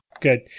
Good